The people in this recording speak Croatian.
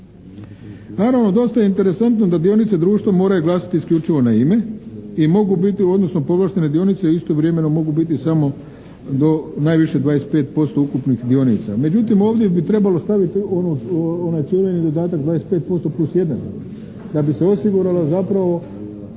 Naravno dosta je interesantno da dionice društva moraju glasiti isključivo na ime i mogu biti u odnosu povlaštene dionice a istovremeno mogu biti samo do najviše 25% ukupnih dionica. Međutim, ovdje bi trebalo staviti onaj čuveni dodatak 25% plus 1, da bi se osiguralo zapravo